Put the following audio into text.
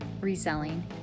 reselling